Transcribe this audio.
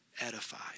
edified